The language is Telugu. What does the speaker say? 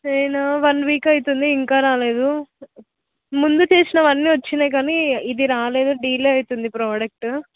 నేను వన్ వీక్ అవుతోంది ఇంకా రాలేదు ముందు చేసినవన్ని వచ్చాయి కానీ ఇది రాలేదు డిలే అవుతోంది ప్రొడక్ట్